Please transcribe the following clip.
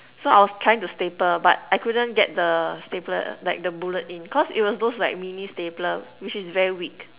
so I was trying to staple but I couldn't get the stapler like the bullet in cause it was those like mini stapler which is very weak